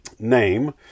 name